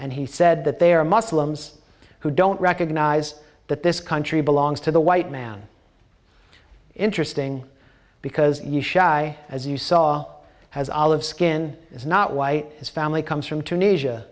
and he said that they are muslims who don't recognize that this country belongs to the white man interesting because you shy as you saw has olive skin is not white his family comes from tunisia